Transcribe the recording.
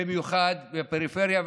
במיוחד בפריפריה.